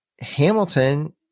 Hamilton